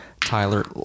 tyler